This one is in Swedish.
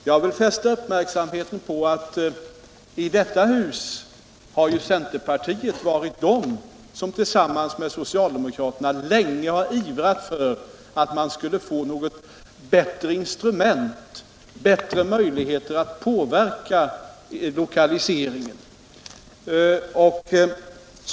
Jag vill fästa uppmärksamheten på att i detta hus har ju centerpartiet varit det som tillsammans med socialdemokraterna länge ivrat för att få något bättre instrument, bättre möjligheter att påverka lokaliseringen.